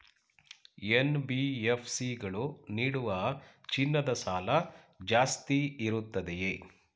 NBFC ಗಳು ನೀಡುವ ಚಿನ್ನದ ಸಾಲ ಜಾಸ್ತಿ ಇರುತ್ತದೆಯೇ?